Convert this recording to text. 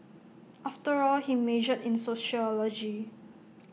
after all he majored in sociology